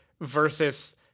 versus